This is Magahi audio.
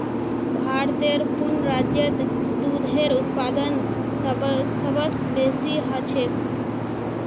भारतेर कुन राज्यत दूधेर उत्पादन सबस बेसी ह छेक